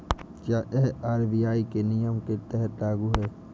क्या यह आर.बी.आई के नियम के तहत लागू है?